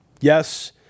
Yes